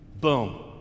Boom